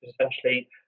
essentially